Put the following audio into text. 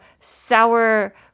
sour